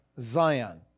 Zion